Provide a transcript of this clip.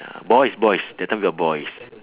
ya boys boys that time we're boys